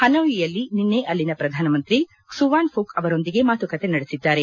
ಪನೊಯಿಯಲ್ಲಿ ನಿನ್ನೆ ಅಲ್ಲಿನ ಪ್ರಧಾನ ಮಂತ್ರಿ ಕ್ಲುವಾನ್ ಫುಕ್ ಅವರೊಂದಿಗೆ ಮಾತುಕತೆ ನಡೆಸಿದ್ದಾರೆ